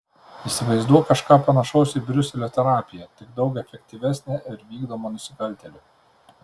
įsivaizduok kažką panašaus į briuselio terapiją tik daug efektyvesnę ir vykdomą nusikaltėlių